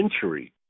century